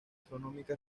astronómica